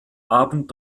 abend